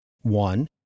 one